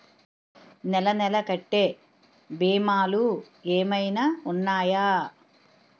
నెల నెల కట్టే భీమాలు ఏమైనా ఉన్నాయా?